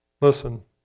Listen